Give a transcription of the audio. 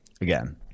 again